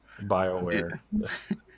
Bioware